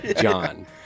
John